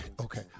okay